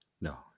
no